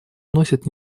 носят